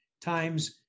times